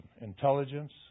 intelligence